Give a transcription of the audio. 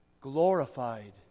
glorified